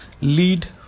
lead